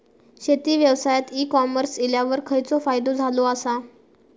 शेती व्यवसायात e commerce इल्यावर खयचो फायदो झालो आसा?